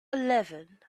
eleven